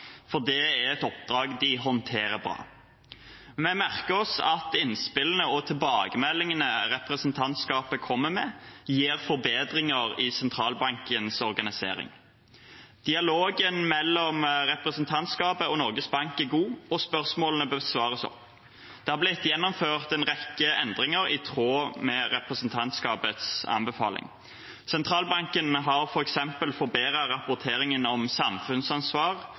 for det er et oppdrag de håndterer bra. Vi merker oss at innspillene og tilbakemeldingene representantskapet kommer med, gir forbedringer i sentralbankens organisering. Dialogen mellom representantskapet og Norges Bank er god, og spørsmålene besvares opp. Det har blitt gjennomført en rekke endringer i tråd med representantskapets anbefaling. Sentralbanken har f.eks. forbedret rapporteringen om samfunnsansvar